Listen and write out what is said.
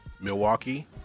Milwaukee